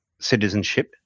citizenship